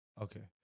Okay